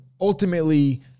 ultimately